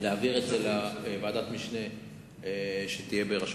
להעביר את הנושא לוועדת משנה שתהיה בראשותך.